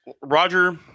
roger